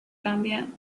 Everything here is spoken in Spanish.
cambian